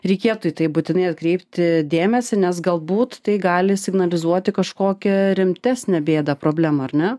reikėtų į tai būtinai atkreipti dėmesį nes galbūt tai gali signalizuoti kažkokią rimtesnę bėdą problemą ar ne